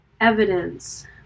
evidence